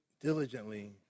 diligently